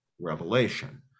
revelation